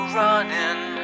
running